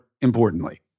importantly